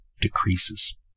decreases